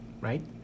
Right